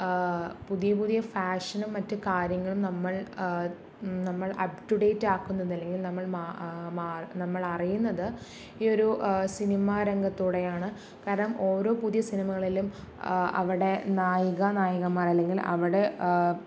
പുതിയ പുതിയ ഫാഷനും മറ്റ് കാര്യങ്ങളും നമ്മൾ ആ നമ്മൾ അപ്പ്റ്റുഡേറ്റാക്കുന്നത് അല്ലങ്കിൽ നമ്മൾ മാൾ നമ്മളറിയുന്നത് ഈ ഒരു സിനിമ രംഗത്തോടെയാണ് കാരണം ഓരോ പുതിയ സിനിമകളിലും ആ അവിടെ നായികാ നായകന്മാരല്ലങ്കിൽ അവിടെ